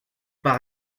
par